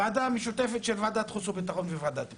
ועדה משותפת של ועדת חוץ וביטחון וועדת פנים.